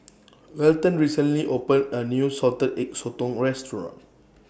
Welton recently opened A New Salted Egg Sotong Restaurant